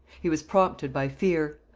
he was prompted by fear.